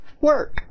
work